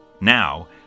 Now